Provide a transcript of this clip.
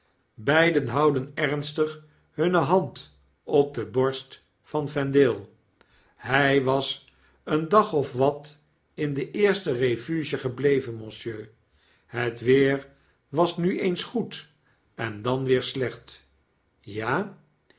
beiden houden ernstig hunne hand op de borst vane vendale hy was een dag of wat in de eerste refuge gebleven monsieur het weer was nu eens goed en dan weer slecht ja